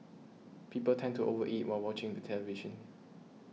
people tend to over eat while watching the television